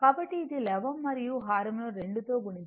కాబట్టి ఇది లవం మరియు హారం ను రెండు తో గుణించడం